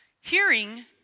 hearing